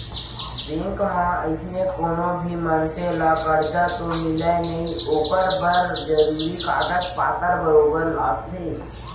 bank म अइसने कोनो भी मनसे ल करजा तो मिलय नई ओकर बर जरूरी कागज पातर बरोबर लागथे